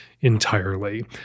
entirely